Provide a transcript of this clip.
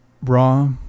raw